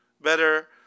better